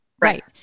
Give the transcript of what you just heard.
Right